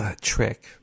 trick